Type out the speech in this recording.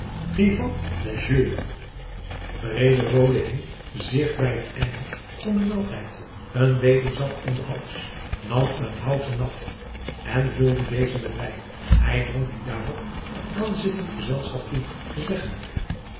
hing zich bij het einde van den maaltijd een bedelzak om den hals nam eenen houten nap en vulde denzelven met wijn hij dronk dien daarop het aanzittend gezelschap toe zeggende